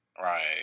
Right